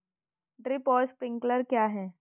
Drip और sprinkler क्या हैं?